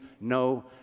no